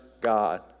God